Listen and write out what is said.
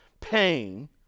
pain